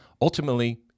ultimately—